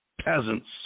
peasants